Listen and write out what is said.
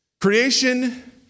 Creation